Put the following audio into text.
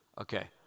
Okay